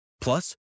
Plus